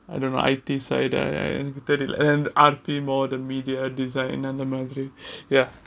I don't know I_T side எனக்கு தெரியல:enakku theriyala and R_P more the media design அந்த மாதிரி:antha maathiri ya